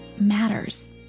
matters